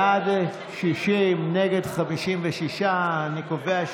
לרשותך עד חמש דקות, בבקשה.